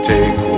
Take